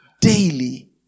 daily